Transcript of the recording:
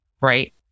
right